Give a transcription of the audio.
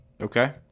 Okay